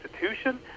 institution